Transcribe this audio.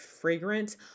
fragrant